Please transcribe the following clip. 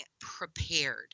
prepared